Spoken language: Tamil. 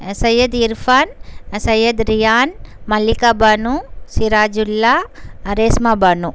சையது இர்ஃபான் சையது ரியான் மல்லிகா பானு சிராஜுல்லா ரேஷ்மா பானு